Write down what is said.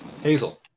Hazel